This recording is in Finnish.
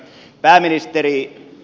pääministeri